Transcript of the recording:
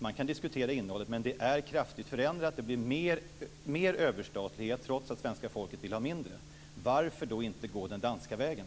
Man kan diskutera innehållet, men det är kraftigt förändrat och innebär mer överstatlighet, trots att svenska folket vill ha mindre härav. Varför då inte gå den danska vägen?